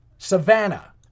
Savannah